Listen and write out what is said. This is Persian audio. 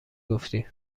گفتی